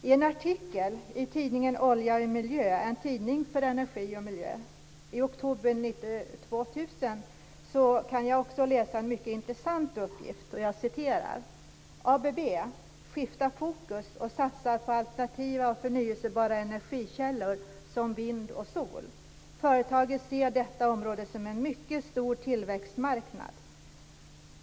I en artikel i tidningen Olja & miljö, en tidning för energi och miljö, från oktober 2000 kan jag läsa en mycket intressant uppgift: "ABB skiftar fokus och satsar på alternativa och förnyelsebara energikällor som vind och sol. Företaget ser detta område som en mycket stor tillväxtmarknad."